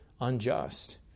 unjust